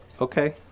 okay